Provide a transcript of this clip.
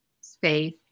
space